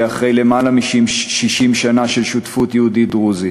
אחרי למעלה מ-60 שנה של שותפות יהודית-דרוזית.